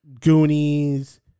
Goonies